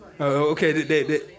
Okay